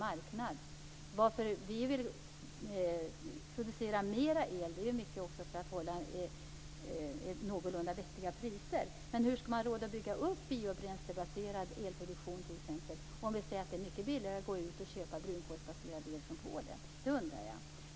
Orsaken till att vi vill producera mera el är ju också för att kunna hålla någorlunda vettiga priser. Men hur skall man ha råd att bygga upp biobränslebaserad elproduktion om det är mycket billigare att köpa brunkolsbaserad el från Polen? Det undrar jag.